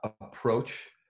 approach